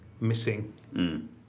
missing